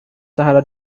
sahara